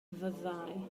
fyddai